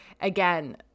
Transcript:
again